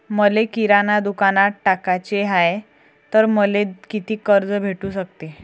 मले किराणा दुकानात टाकाचे हाय तर मले कितीक कर्ज भेटू सकते?